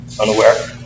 unaware